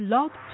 Love